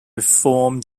reform